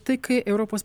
tai kai europos